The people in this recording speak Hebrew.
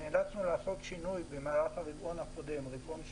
נאלצנו לעשות שינוי במהלך הרבעון הקודם, רבעון 2,